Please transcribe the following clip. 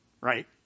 right